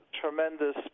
tremendous